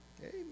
Amen